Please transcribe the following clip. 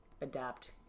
adapt